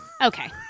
okay